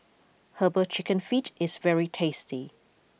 Herbal Chicken Feet is very tasty